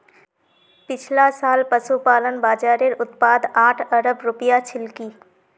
पिछला साल पशुपालन बाज़ारेर उत्पाद आठ अरब रूपया छिलकी